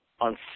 on